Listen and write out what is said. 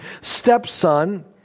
stepson